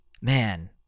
man